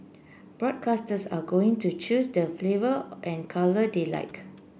broadcasters are going to choose the flavour and colour they like